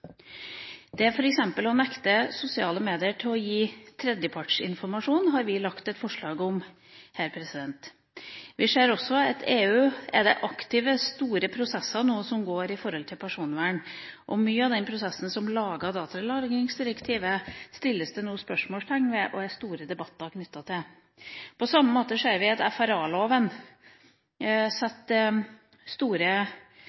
Det f.eks. å nekte sosiale medier å gi tredjepartsinformasjon har vi fremmet et forslag om her. Vi ser også at det i EU pågår aktive, store prosesser når det gjelder personvern, og mye av den prosessen som ble gjort da man laget datalagringsdirektivet, settes det nå spørsmålstegn ved og er store debatter knyttet til. På samme måte ser vi at